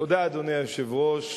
אדוני היושב-ראש,